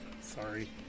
Sorry